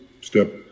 step